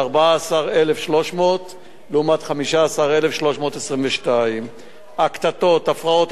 14,300 לעומת 15,322. קטטות והפרעות,